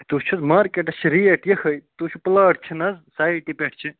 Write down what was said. تُہۍ وٕچھِو مارکٹَس چھِ ریٹ یِہٕے تُہۍ وٕچھِو پٕلاٹ چھُ نہ حظ سایٹ پٮ۪ٹھ چھِ